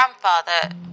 grandfather